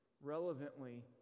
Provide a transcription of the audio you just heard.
relevantly